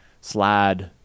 slide